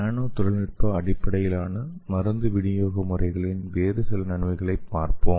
நானோ தொழில்நுட்ப அடிப்படையிலான மருந்து விநியோக முறைகளின் வேறு சில நன்மைகளைப் பார்ப்போம்